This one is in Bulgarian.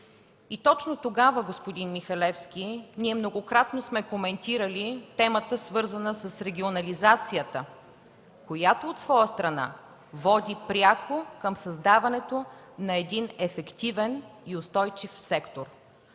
Точно тогава, господин Михалевски, ние многократно сме коментирали темата, свързана с регионализацията, която от своя страна води пряко към създаването на ефективен и устойчив сектор.